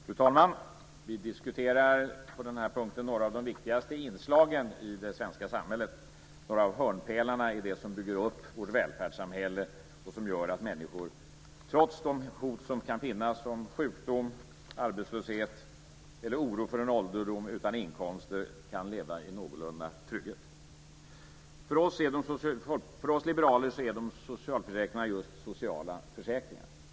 Fru talman! Vi diskuterar på den här punkten några av de viktigaste inslagen i det svenska samhället. Det gäller några av hörnpelarna i det som bygger upp vårt välfärdssamhälle och som gör att människor trots de hot som kan finnas om sjukdom, arbetslöshet eller oro för en ålderdom utan inkomster kan leva i någorlunda trygghet. För oss liberaler är socialförsäkringarna just sociala försäkringar.